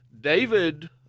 David